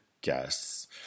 guess